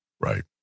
Right